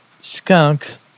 skunks